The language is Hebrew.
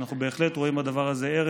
ואנחנו בהחלט רואים בדבר הזה ערך.